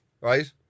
right